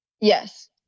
Yes